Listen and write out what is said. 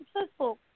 successful